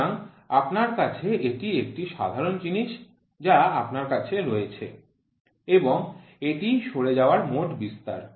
সুতরাং আপনার কাছে এটি একটি সাধারণ জিনিস যা আপনার কাছে রয়েছে এবং এটিই সরে যাওয়ার মোট বিস্তার